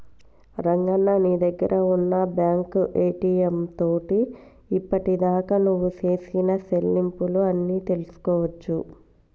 రంగన్న నీ దగ్గర ఉన్న బ్యాంకు ఏటీఎం తోటి ఇప్పటిదాకా నువ్వు సేసిన సెల్లింపులు అన్ని తెలుసుకోవచ్చు